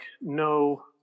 no